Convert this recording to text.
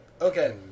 Okay